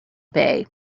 bay